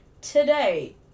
today